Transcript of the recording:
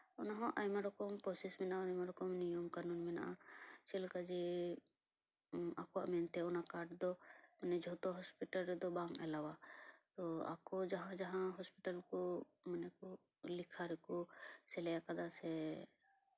ᱚᱱᱟ ᱦᱚᱸ ᱟᱭᱢᱟ ᱨᱚᱠᱚᱢ ᱯᱨᱳᱥᱮᱥ ᱢᱮᱱᱟᱜᱼᱟ ᱟᱭᱢᱟ ᱨᱚᱠᱚᱢ ᱱᱤᱭᱚᱢ ᱠᱟᱱᱩᱱ ᱢᱮᱱᱟᱜᱼᱟ ᱪᱮᱫᱞᱮᱠᱟ ᱡᱮ ᱟᱠᱚᱣᱟᱜ ᱢᱮᱱᱛᱮ ᱚᱱᱟ ᱠᱟᱨᱰ ᱫᱚ ᱢᱟᱱᱮ ᱡᱷᱚᱛᱚ ᱦᱚᱸᱥᱯᱤᱴᱟᱞ ᱨᱮᱫᱚ ᱵᱟᱝ ᱮᱞᱟᱣᱟ ᱛᱚ ᱟᱠᱚ ᱡᱟᱦᱟᱸᱼᱡᱟᱦᱟᱸ ᱦᱚᱥᱯᱤᱴᱟᱞ ᱢᱟᱱᱮ ᱠᱚ ᱞᱮᱠᱷᱟ ᱨᱮᱠᱚ ᱥᱮᱞᱮᱫ ᱟᱠᱟᱫᱟ ᱥᱮ